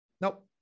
Nope